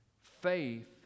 faith